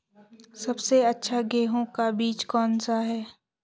सबसे अच्छा गेहूँ का बीज कौन सा है?